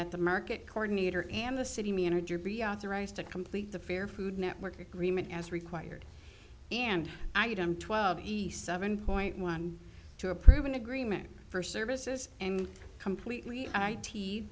that the market coordinator and the city manager be authorized to complete the fair food network agreement as required and item twelve eighty seven point one to approve an agreement for services and completely i